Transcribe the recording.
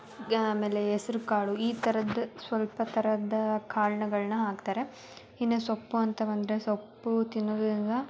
ಆಮೇಲೆ ಹೆಸ್ರುಕಾಳು ಈ ಥರದ ಸ್ವಲ್ಪ ಥರದ್ದು ಕಾಳುಗಳ್ನ ಹಾಕ್ತಾರೆ ಇನ್ನು ಸೊಪ್ಪು ಅಂತ ಬಂದರೆ ಸೊಪ್ಪು ತಿನ್ನೋದರಿಂದ